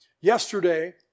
Yesterday